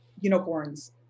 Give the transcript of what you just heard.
unicorns